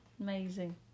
Amazing